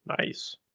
Nice